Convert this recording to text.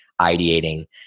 ideating